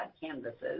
canvases